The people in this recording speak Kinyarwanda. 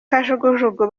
kajugujugu